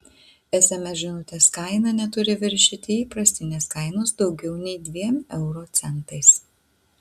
sms žinutės kaina neturi viršyti įprastinės kainos daugiau nei dviem euro centais